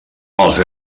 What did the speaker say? els